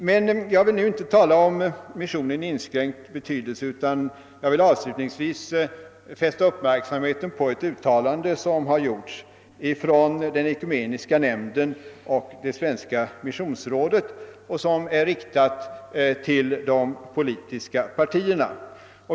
Men jag vill nu inte tala om missionen i inskränkt bemärkelse utan vill avslutningsvis fästa uppmärksamheten på ett uttalande som har gjorts av Ekumeniska nämnden och Svenska missionsrådet och som är riktat till de politiska partierna.